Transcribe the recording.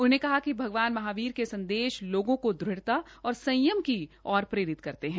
उन्होंने कहा कि भगवान महावीर के संदेश लोगों को दृढ़ता और संयम की ओर प्रेरित करते है